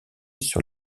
sur